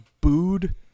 booed